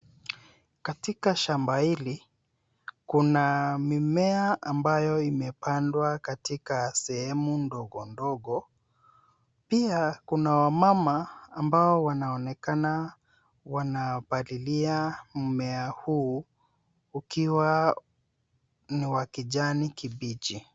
Katika shamba hili, kuna mimea ambayo imepandwa katika sehemu ndogo ndogo. Pia kuna wamama ambao wanaonekana wanapalilia mmea huu ukiwa ni wa kijani kibichi.